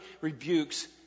rebukes